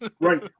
Right